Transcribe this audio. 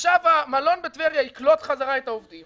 עכשיו מלון בטבריה יקלוט חזרה את העובדים.